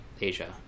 Asia